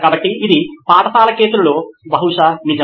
కాబట్టి ఇది పాఠశాల కేసులో బహుశా నిజం